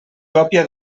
còpia